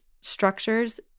structures